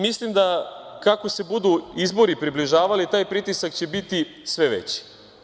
Mislim da kako se budu izbori približavali taj pritisak će biti sve veći.